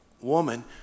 woman